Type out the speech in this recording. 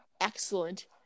excellent